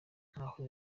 ntaho